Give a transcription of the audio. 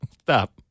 Stop